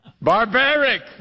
Barbaric